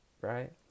right